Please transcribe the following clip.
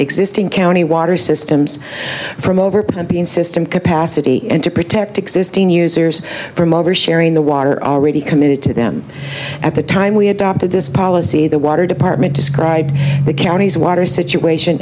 existing county water systems from over and be in system capacity and to protect existing users from over sharing the water already committed to them at the time we adopted this policy the water department described the county's water situation